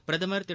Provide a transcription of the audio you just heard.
பிரதமர் திரு